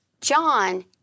John